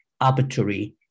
arbitrary